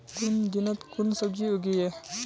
कुन दिनोत कुन सब्जी उगेई?